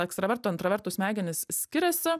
ekstravertų intravertų smegenys skiriasi